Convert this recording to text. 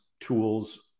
tools